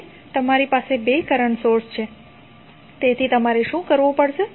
હવે તમારી પાસે બે કરંટ સોર્સ છે તેથી તમારે શું કરવુ પડશે